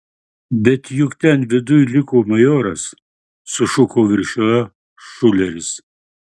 bet juk ten viduj liko majoras sušuko viršila šuleris